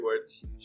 words